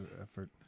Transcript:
effort